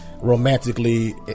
romantically